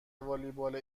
والیبال